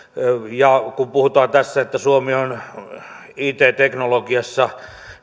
ja kun puhutaan tässä että suomi on it teknologiassa